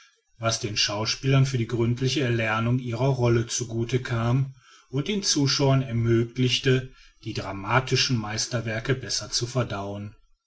was den schauspielern für die gründliche erlernung ihrer rollen zu gute kam und den zuschauern ermöglichte die dramatischen meisterwerke besser zu verdauen